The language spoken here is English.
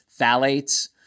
phthalates